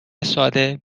ساده